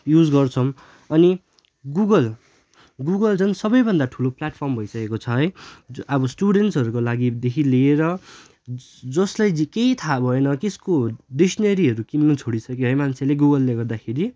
use गर्छौँ अनि Google Google झन् सबैभन्दा ठुलो प्ल्याटफर्म भइसकेको छ है अब स्टुडेन्ट्सहरूको लागि देखिलिएर जसलाई चाहिँ केही थाहा भएन केहीको डिक्सनेरीहरू किन्नु छोडीसक्यो है मान्छेले गुगलले गर्दाखेरि